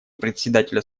председателя